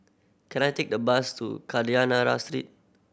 can I take the bus to Kadayanallur Street